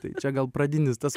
tai čia gal pradinis tas